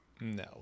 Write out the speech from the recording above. no